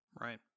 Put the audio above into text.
Right